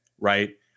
right